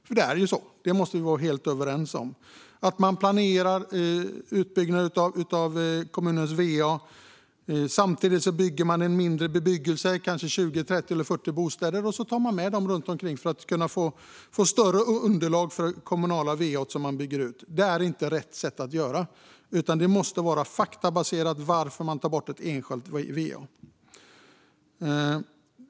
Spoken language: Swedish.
Vi måste vara helt överens om att det inte är rätt att man planerar utbyggnad av kommunens va och samtidigt bygger en mindre bebyggelse om kanske 20, 30 eller 40 bostäder och tar med dem runt omkring för att få större underlag för det kommunala va som man bygger ut. Det är inte rätt sätt att göra detta på, utan det måste vara faktabaserat när man tar bort ett enskilt va.